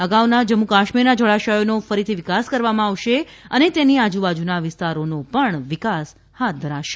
અગાઉના જમ્મુ કાશ્મીરના જળાશયોનો ફરીથી વિકાસ કરવામાં આવશે અને તેની આજુબાજુના વિસ્તારોનો પણ વિકાસ હાથ ધરાશે